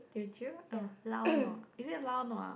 did you lao nua is it lao nua ah